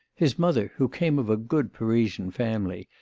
his mother, who came of a good parisian family,